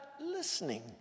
listening